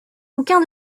aucun